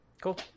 Cool